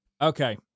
Okay